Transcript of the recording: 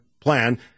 plan